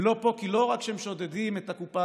הם לא פה כי לא רק שהם שודדים את הקופה